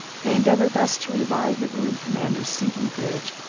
they endeavored thus to revive the ruined commander's sinking courage,